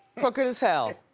crooked as hell.